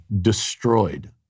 destroyed